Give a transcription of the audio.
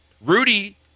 Rudy